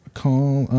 call